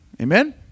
Amen